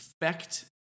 effect